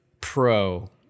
pro